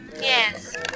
Yes